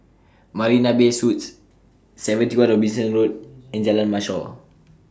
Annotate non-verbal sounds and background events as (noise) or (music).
Marina Bay Suites seventy one Robinson Road (noise) and Jalan Mashhor